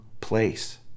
place